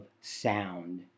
sound